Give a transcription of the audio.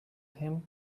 him